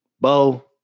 Bo